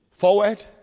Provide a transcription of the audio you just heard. forward